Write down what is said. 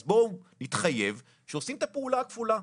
אז בואו נתחייב שעושים את הפעולה הכפולה,